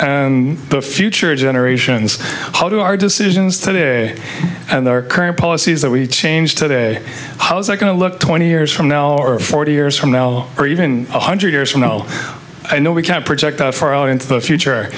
and future generations how do our decisions today and our current policies that we change today how's that going to look twenty years from now or forty years from now or even a hundred years from now no i know we can't project far into the future